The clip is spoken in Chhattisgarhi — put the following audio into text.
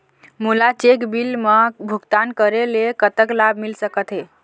मोला चेक बिल मा भुगतान करेले कतक लाभ मिल सकथे?